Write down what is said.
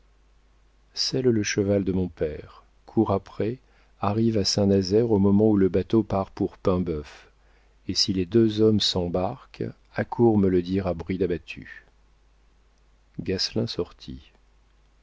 selle le cheval de mon père cours après arrive à saint-nazaire au moment où le bateau part pour paimbœuf et si les deux hommes s'embarquent accours me le dire à bride abattue gasselin sortit